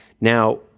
Now